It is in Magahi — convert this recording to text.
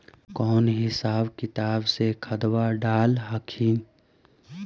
कौन हिसाब किताब से खदबा डाल हखिन?